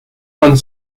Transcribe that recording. con